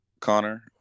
Connor